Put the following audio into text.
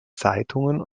zeitungen